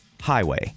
highway